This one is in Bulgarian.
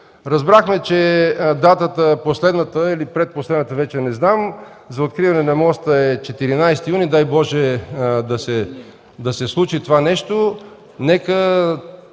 Разбрахме, че последната или предпоследна дата – вече не знам, за откриване на моста е 14 юни. Дай Боже, да се случи това нещо.